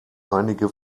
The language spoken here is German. einige